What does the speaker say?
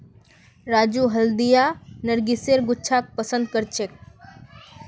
राजू हल्दिया नरगिसेर गुच्छाक पसंद करछेक